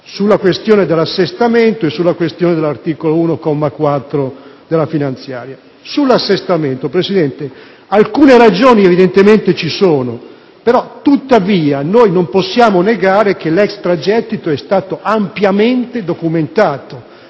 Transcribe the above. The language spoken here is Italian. sulla questione dell'assestamento e dell'articolo 1, comma 4, della finanziaria. Sull'assestamento, signor Presidente, alcune ragioni evidentemente ci sono. Tuttavia, non possiamo negare che l'extragettito è stato ampiamente documentato